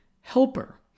helper